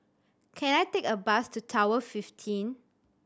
can I take a bus to Tower fifteen